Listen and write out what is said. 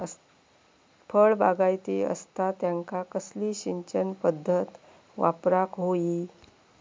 फळबागायती असता त्यांका कसली सिंचन पदधत वापराक होई?